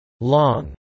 Long